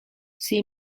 she